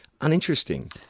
uninteresting